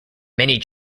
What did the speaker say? many